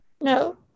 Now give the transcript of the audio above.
no